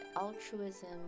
altruism